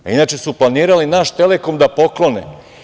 Inače su planirali naš Telekom da poklone.